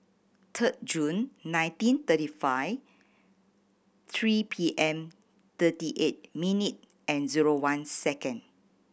third June nineteen thirty five three P M thirty eight minute and zero one second